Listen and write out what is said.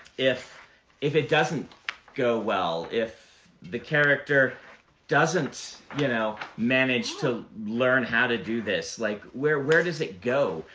if if it doesn't go well, if the character doesn't you know manage to learn how to do this? like, where where does it go?